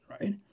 right